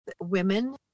women